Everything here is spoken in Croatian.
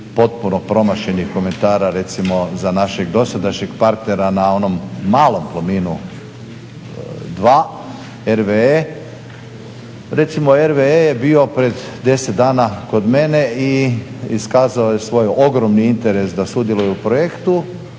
potpuno promašenih komentara recimo za našeg dosadašnjeg partnera na onom malom Plominu 2 RWE. Recimo RWE je bio pred 10 dana kod mene i iskazao je svoj ogromni interes da sudjeluje u projektu,